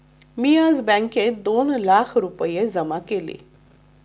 मी आज बँकेत दोन लाख रुपये जमा केले